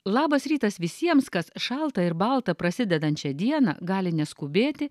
labas rytas visiems kas šalta ir balta prasidedančią dieną gali neskubėti